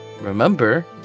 remember